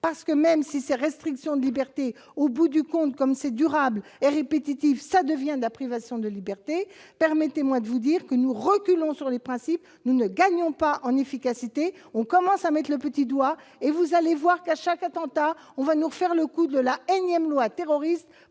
parce que même si ces restrictions de liberté au bout du compte, comme c'est durable et répétitif, ça devient de la privation de liberté, permettez-moi de vous dire que nous reculons sur les principes, nous ne gagnons pas en efficacité, on commence avec le petit doigt et vous allez voir qu'à chaque attentat, on va nous refaire le coup de la énième loi terroriste